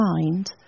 mind